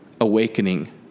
awakening